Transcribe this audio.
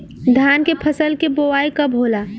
धान के फ़सल के बोआई कब होला?